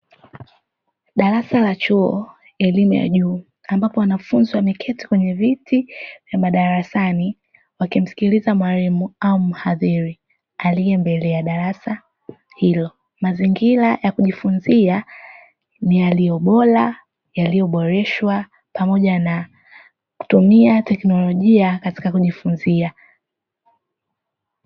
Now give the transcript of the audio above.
Darasa la chuo elimu ya juu ambapo wanafunzi wameketi kwenye viti vya madarasani wakimsikiliza mwalimu au mhadhiri aliye mbele ya darasa hilo. Mazingira ya kujifunzia ni yaliyo bora yaliyoboreshwa pamoja na kutumia teknolojia katika kujifunzia.